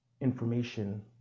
information